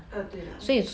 嗯对啦